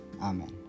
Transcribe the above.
Amen